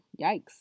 yikes